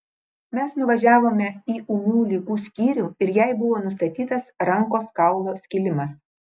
mes nuvažiavome į ūmių ligų skyrių ir jai buvo nustatytas rankos kaulo skilimas